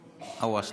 אלהואשלה,